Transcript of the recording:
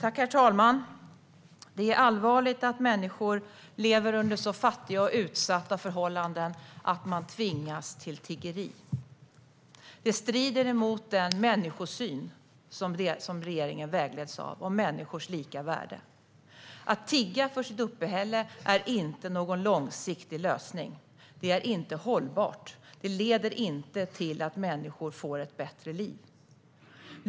Herr talman! Det är allvarligt att människor lever under så fattiga och utsatta förhållanden att de tvingas till tiggeri. Det strider mot den människosyn som regeringen vägleds av om människors lika värde. Att tigga för sitt uppehälle är inte någon långsiktig lösning. Det är inte hållbart, och det leder inte till att människor får ett bättre liv.